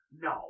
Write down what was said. No